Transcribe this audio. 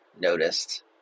noticed